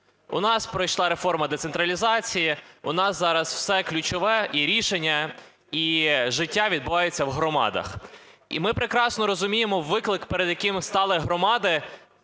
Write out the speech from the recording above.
У нас пройшла реформа децентралізації, у нас зараз все ключове – і рішення, і життя – відбувається в громадах. І ми прекрасно розуміємо виклик, перед яким стали громади